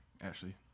Ashley